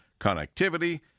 connectivity